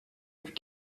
plus